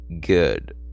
good